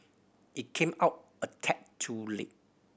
it came out a tad too late